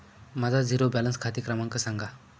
माझा zero balance खाते क्रमांक सांगा